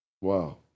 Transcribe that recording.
Wow